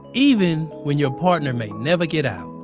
even when your partner may never get out.